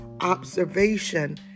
observation